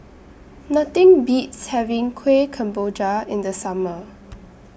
Nothing Beats having Kuih Kemboja in The Summer